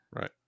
Right